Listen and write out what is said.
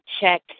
check